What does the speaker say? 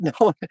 no